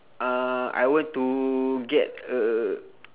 uh I want to get a